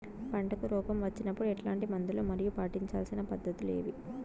పంటకు రోగం వచ్చినప్పుడు ఎట్లాంటి మందులు మరియు పాటించాల్సిన పద్ధతులు ఏవి?